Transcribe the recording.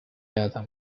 adam